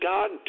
God